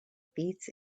beats